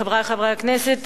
חברי חברי הכנסת,